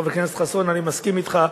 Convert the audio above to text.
חבר הכנסת חסון, אני מסכים אתך.